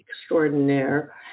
extraordinaire